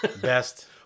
Best